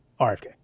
RFK